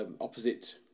opposite